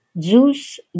Zeus